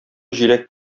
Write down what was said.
җиләк